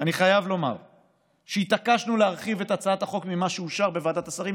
אני חייב לומר שהתעקשנו להרחיב את הצעת החוק ממה שאושר בוועדת השרים,